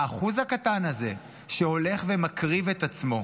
האחוז הקטן הזה שהולך ומקריב את עצמו,